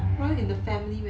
run in the family man